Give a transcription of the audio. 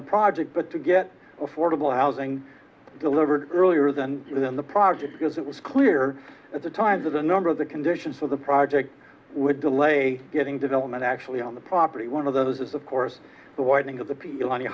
the project but to get affordable housing delivered earlier than that in the project because it was clear at the times of the number of the conditions of the project would delay getting development actually on the property one of those is of course the widening